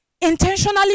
intentionally